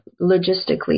logistically